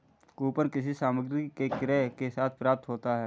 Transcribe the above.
coupon किसी सामग्री के क्रय के साथ प्राप्त होता है